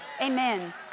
Amen